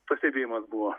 pastebėjimas buvo